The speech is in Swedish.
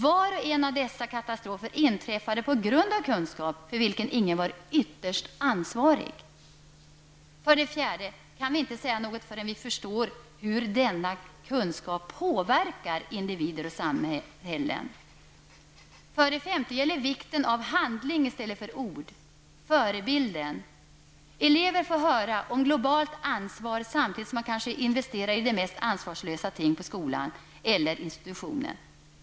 Var och en av dessa katastrofer inträffade på grund av att ingen var ytterst ansvarig, trots all denna kunskap. För det fjärde anser vi att vi inte kan säga något, förrän vi förstår hur denna kunskap påverkar individer och samhällen. För det femte anser vi att handling är viktigare än ord -- förebilden. Eleven får höra om globalt ansvar samtidigt som man kanske investerar i de mest ansvarslösa ting på skolan eller institutionen.